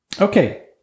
Okay